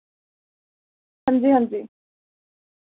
हांजी हांजी